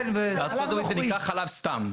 בארה"ב זה נקרא חלב סתם.